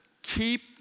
Keep